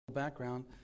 background